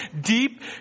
deep